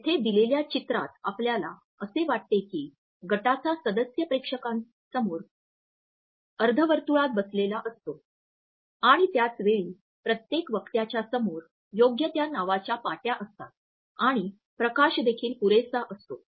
येथे दिलेल्या चित्रात आपल्याला असे वाटते की गटाचा सदस्य प्रेक्षकांसमोर अर्धवर्तुळात बसलेला असतो आणि त्याच वेळी प्रत्येक वक्त्याच्या समोर योग्य त्या नावाच्या पाट्या असतात आणि प्रकाश देखील पुरेसा असतो